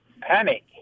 Panic